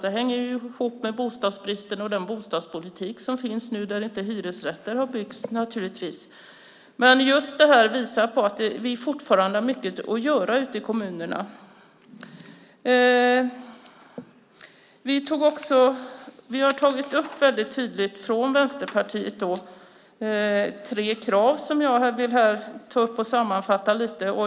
Det hänger ihop med bostadsbristen och den bostadspolitik som förs nu som naturligtvis innebär att det inte byggs hyresrätter. Det här visar på att det fortfarande finns mycket att göra ute kommunerna. Vänsterpartiet har tydligt tagit upp tre krav som jag här vill ta upp och sammanfatta lite.